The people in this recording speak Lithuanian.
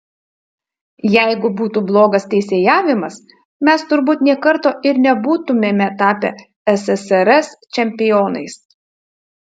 jeigu būtų blogas teisėjavimas mes turbūt nė karto ir nebūtumėme tapę ssrs čempionais